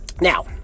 Now